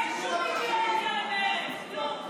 אין שום אידיאולוגיה יותר, כלום.